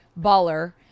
baller